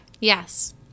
Yes